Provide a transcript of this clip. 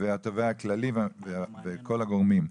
וכל הגורמים.